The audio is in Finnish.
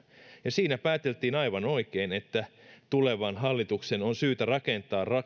ja siinä pääteltiin aivan oikein että tulevan hallituksen on syytä rakentaa